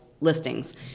listings